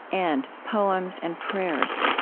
and poems and prayers.